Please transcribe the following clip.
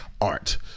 art